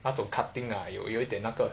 那种 cutting 啦有有一点那个